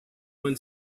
one